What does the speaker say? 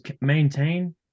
maintain